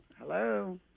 Hello